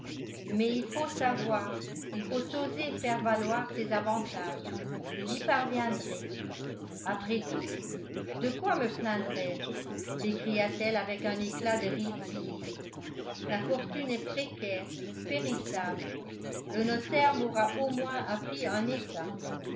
mais il faut savoir il faut oser faire valoir ces avantages j'y parviendrai après tout de quoi me plaindrais je s'écria-t-elle avec un éclat de rire sinistre la fortune est précaire périssable le notaire m'aura au moins appris un état